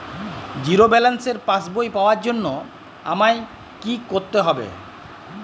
Zero ব্যালেন্সের পাসবই পাওয়ার জন্য আমায় কী করতে হবে?